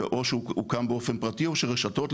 או שהוא הוקם באופן פרטי או שרשתות,